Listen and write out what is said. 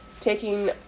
Taking